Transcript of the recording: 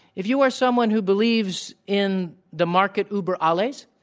if you are someone who believes in the market uber ah like